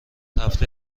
هفته